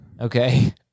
Okay